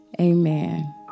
Amen